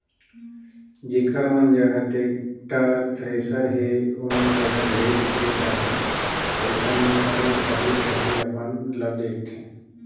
जेखर मन जघा टेक्टर, थेरेसर हे ओमन जघा ढेरेच खेत अहे, अइसन मे ओमन सबले पहिले अपन ल देखथें